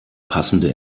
passende